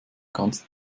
ganzen